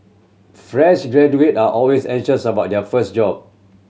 fresh graduate are always anxious about their first job